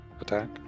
attack